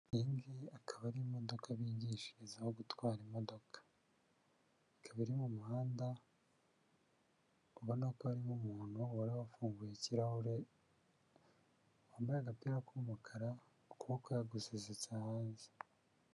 Iyi ngiyi akaba ari imodoka bigishirizaho gutwara imodoka, ikaba iri mu muhanda ubona ko harimo umuntu wari wafunguye ikirahure, wambaye agapira k'umukara, ukuboko yagusesetse hanze.